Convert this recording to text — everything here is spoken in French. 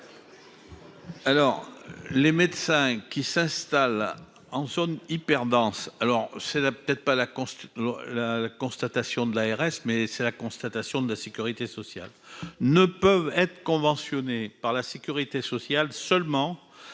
Les médecins qui s'installent en zone hyperdense- ce n'est peut-être pas la constatation de l'ARS, mais c'est celle de la sécurité sociale -ne peuvent être conventionnés par la sécurité sociale que